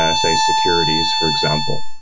ah say, securities, for example.